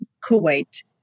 kuwait